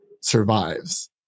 survives